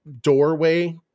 doorway